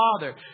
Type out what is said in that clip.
Father